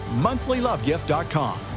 monthlylovegift.com